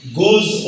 goes